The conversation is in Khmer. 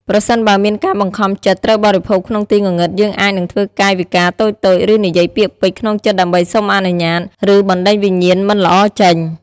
ប្រសិនបើមានការបង្ខំចិត្តត្រូវបរិភោគក្នុងទីងងឹតយើងអាចនឹងធ្វើកាយវិការតូចៗ ឬនិយាយពាក្យពេចន៍ក្នុងចិត្តដើម្បីសុំអនុញ្ញាត ឬបណ្តេញវិញ្ញាណមិនល្អចេញ ។